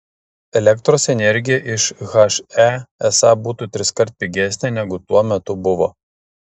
elektros energija iš he esą būtų triskart pigesnė negu tuo metu buvo